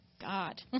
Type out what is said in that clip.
God